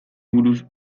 buruz